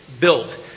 built